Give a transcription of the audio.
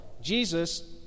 Jesus